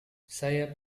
saya